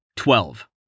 Twelve